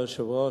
היושב-ראש,